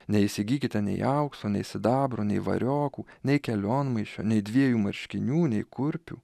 neįsigykite nei aukso nei sidabro nei variokų nei kelionmaišio nei dviejų marškinių nei kurpių